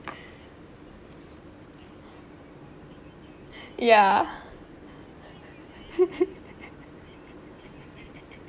ya